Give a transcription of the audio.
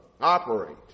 operate